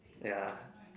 ya